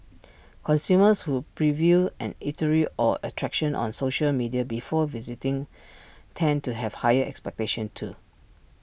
consumers who preview an eatery or attraction on social media before visiting tend to have higher expectations too